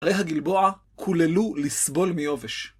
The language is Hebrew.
הרי הגלבוע קוללו לסבול מיובש.